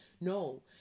no